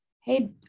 Hey